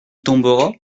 tombera